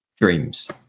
dreams